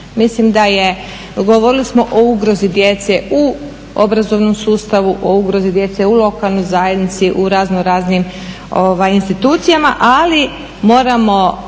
Mislim da je, govorili smo o ugrozi djece u obrazovnom sustavu, o ugrozi djece u lokalnoj zajednici u razno raznim institucijama, ali moramo